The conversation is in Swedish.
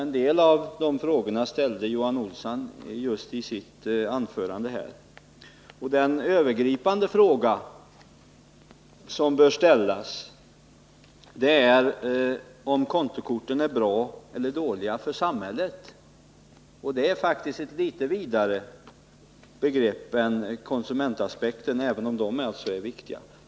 En del av dem ställde Johan Olsson i sitt anförande. Den övergripande fråga som bör ställas är om kontokorten är bra eller dåliga för samhället. Det är faktiskt ett litet vidare begrepp än konsumentaspekterna, även om också de är viktiga.